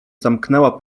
zamknęła